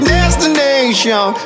Destination